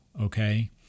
okay